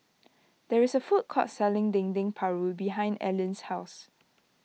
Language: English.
there is a food court selling Dendeng Paru behind Allean's house